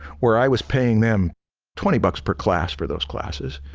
where i was paying them twenty bucks per class for those classes,